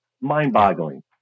mind-boggling